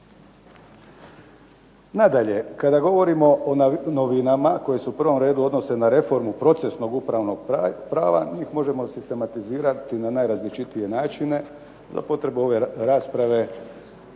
Nadalje, kada govorimo o novinama koje se u prvom redu odnose na reformu procesnog upravnog prava njih možemo sistematizirati na najrazličitije načine. Za potrebe ove rasprave